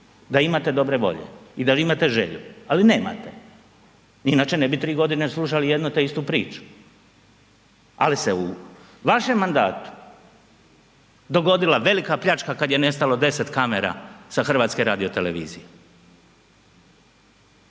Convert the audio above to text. da imate dobre volje i da imate želju, ali nemate. Inače ne bi 3 g. slušali jednu te istu priču. Ali se u vašem mandatu dogodila velika pljačka kad je nestalo 10 kamera sa HRT-a. Dakle pitanje